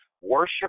Worship